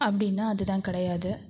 அப்படின்னா அதுதான் கிடையாது